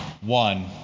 one